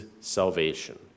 salvation